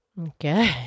Okay